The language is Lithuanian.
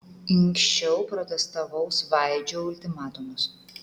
inkščiau protestavau svaidžiau ultimatumus